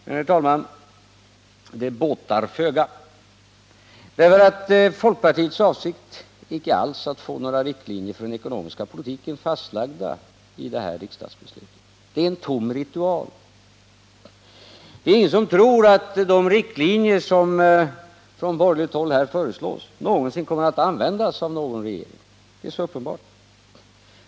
Men, herr talman, det båtar föga att påtala detta, därför att folkpartiets avsikt icke alls är att få några riktlinjer för den ekonomiska politiken fastlagda i det här riksdagsbeslutet. Det är en tom ritual. Det är ingen som tror att de riktlinjer som från borgerligt håll här föreslås någonsin kommer att användas av någon regering — det är så uppenbart.